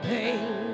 pain